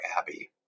Abbey